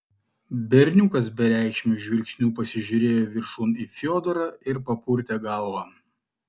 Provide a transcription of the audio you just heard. berniukas bereikšmiu žvilgsniu pasižiūrėjo viršun į fiodorą ir papurtė galvą